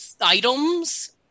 items